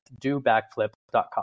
dobackflip.com